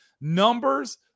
numbers